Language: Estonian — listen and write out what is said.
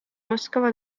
oskavad